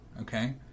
okay